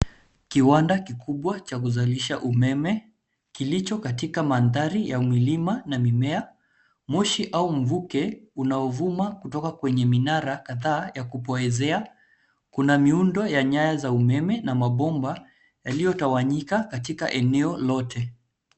Kiwanda kikubwa cha kuzalisha umeme, kilicho katika mandahri ya milima na mimea. Moshi au mvuke unaovuma kwenye minara kadhaa ya kupoezea. Kuna miundo ya nyaya za umeme na mabomba yaliyotawanyika katika eneo lote.